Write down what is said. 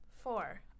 Four